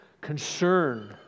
concern